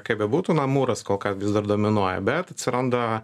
kaip bebūtų na mūras kol kas vis dar dominuoja bet atsiranda